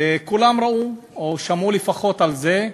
וכולם ראו או שמעו לפחות על זה.